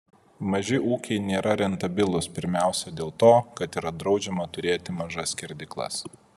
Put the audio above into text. maži ūkiai nėra rentabilūs pirmiausia dėl to kad yra draudžiama turėti mažas skerdyklas